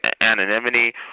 anonymity